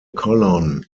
colon